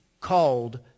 called